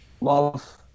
love